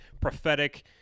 prophetic